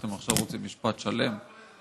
אז אתם עכשיו רוצים משפט עברי